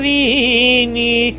Vini